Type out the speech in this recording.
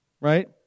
right